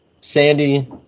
Sandy